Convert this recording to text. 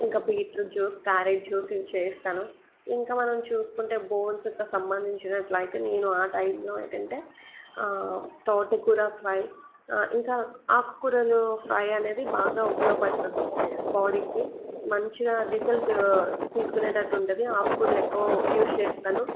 ఇంకా beetroot juice carrot juice ఇవి చేస్తాను ఇంకా మనం చూసుకుంటే బోన్స్కి సంబంధించినట్లయితే నేను ఆ టైంలో ఏంటంటే తోటకూర ఫ్రై ఇంకా ఆకుకూరలు ఫ్రై అనేది బాగా ఉపయోగపడుతుంది బాడీకి మంచిగా రిసల్ట్ తీసుకునేటట్లు ఉంటుంది ఆకు కూరలు ఎక్కువ యూజ్ చేస్తాను